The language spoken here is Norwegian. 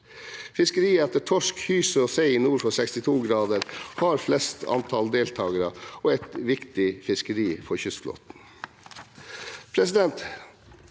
Fisket etter torsk, hyse og sei nord for 62 grader nord har størst antall deltakere og er et viktig fiskeri for kystflåten.